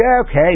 okay